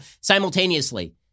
simultaneously